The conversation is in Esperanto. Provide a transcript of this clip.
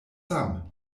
sam